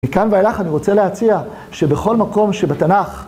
מכאן ואילך אני רוצה להציע שבכל מקום שבתנ"ך..